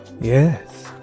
Yes